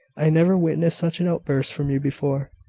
i never witnessed such an outburst from you before.